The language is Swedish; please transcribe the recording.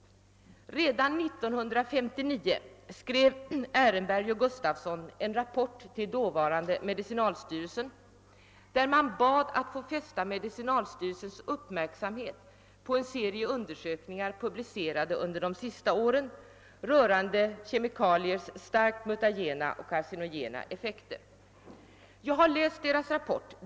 Redan 1959 skrev Ehrenberg och Gustafsson en rapport till dåvarande medicinalstyrelsen och bad att få rikta medicinalstyrelsens uppmärksamhet på en serie undersökningar som publicerats under de senaste åren och som rörde kemikaliers starkt mutagena och carcinogena effekter. Jag har läst deras rapport.